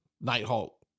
Nighthawk